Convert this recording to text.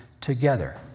together